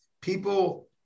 people